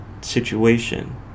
situation